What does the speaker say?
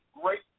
great